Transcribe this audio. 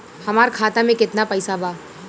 हमार खाता मे केतना पैसा बा?